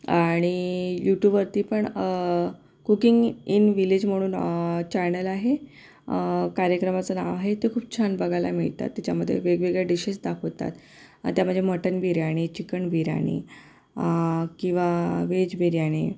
आणि यूटूबवरती पण कुकिंग ईन विलेज म्हणून चॅणल आहे कार्यक्रमाचं नाव आहे ते खूप छान बघायला मिळतात त्याच्यामध्ये वेगवेगळ्या डिशेस दाखवतात त्या म्हणजे मटण बिर्याणी चिकण बिर्याणी किंवा वेज बिर्याणी